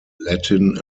latin